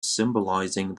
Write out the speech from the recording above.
symbolizing